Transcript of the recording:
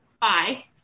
Bye